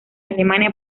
alemania